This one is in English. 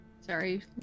Sorry